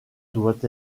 doit